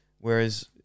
whereas